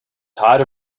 tired